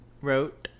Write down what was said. wrote